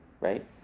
right